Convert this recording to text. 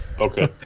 okay